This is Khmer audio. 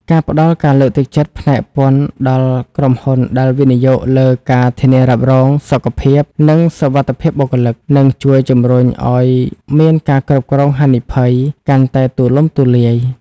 ការផ្ដល់ការលើកទឹកចិត្តផ្នែកពន្ធដល់ក្រុមហ៊ុនដែលវិនិយោគលើ ការធានារ៉ាប់រង សុខភាព និងសុវត្ថិភាពបុគ្គលិក នឹងជួយជម្រុញឱ្យមាន ការគ្រប់គ្រងហានិភ័យ កាន់តែទូលំទូលាយ។